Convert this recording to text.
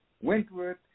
Wentworth